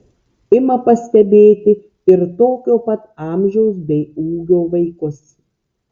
ima pastebėti ir tokio pat amžiaus bei ūgio vaikus